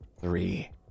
three